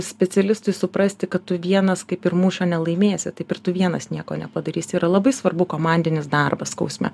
specialistui suprasti kad tu vienas kaip ir mūšio nelaimėsi taip ir tu vienas nieko nepadarys yra labai svarbu komandinis darbas skausme